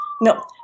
no